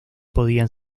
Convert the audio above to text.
podían